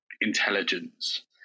Intelligence